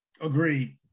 Agreed